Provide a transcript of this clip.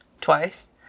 twice